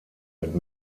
mit